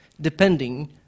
depending